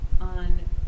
on